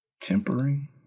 Tempering